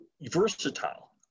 versatile